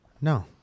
No